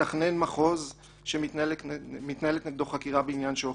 מתכנן מחוז שמתנהלת נגדו חקירה בעניין שוחד,